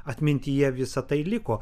atmintyje visa tai liko